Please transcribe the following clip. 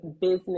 business